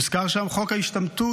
מוזכר שם חוק ההשתמטות,